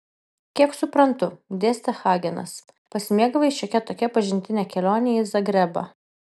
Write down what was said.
kiek suprantu dėstė hagenas pasimėgavai šiokia tokia pažintine kelione į zagrebą